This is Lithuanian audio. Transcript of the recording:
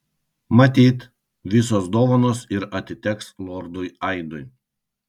matyt visos dovanos ir atiteks lordui aidui